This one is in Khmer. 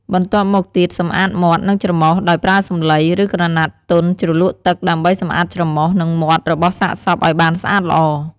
បន្ទាប់មកទៀតសម្អាតមាត់ និងច្រមុះ ដោយប្រើសំឡី ឬក្រណាត់ទន់ជ្រលក់ទឹក ដើម្បីសម្អាតច្រមុះ និងមាត់របស់សាកសពឲ្យបានស្អាតល្អ។